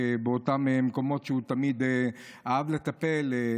באותם מקומות שהוא תמיד אהב לטפל בהם,